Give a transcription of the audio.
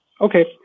Okay